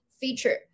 feature